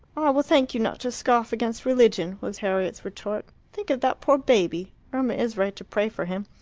will thank you not to scoff against religion! was harriet's retort. think of that poor baby. irma is right to pray for him.